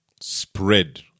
spread